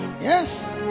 Yes